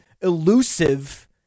elusive